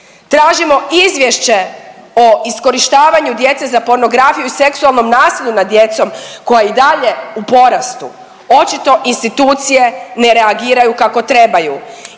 Tražimo izvješće o iskorištavanju djece za pornografiju i seksualnom nasilju nad djecom koja je i dalje u porastu. Očito institucije ne reagiraju kako trebaju.